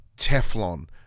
Teflon